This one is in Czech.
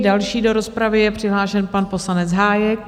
Další do rozpravy je přihlášen pan poslanec Hájek.